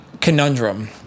conundrum